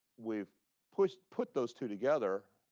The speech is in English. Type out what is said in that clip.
we've put put those two together,